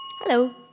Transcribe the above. Hello